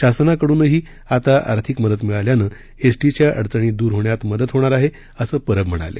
शासनाकडूनही आता आर्थिक मदत मिळाल्यानं एसटीच्या अड्चणी दूर होण्यात मदत होणार आहे असं परब म्हणाले